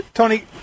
Tony